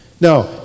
Now